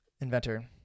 Inventor